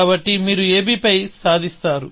కాబట్టి మీరు ab పై సాధిస్తారు